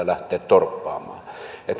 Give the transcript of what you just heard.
lähteä torppaamaan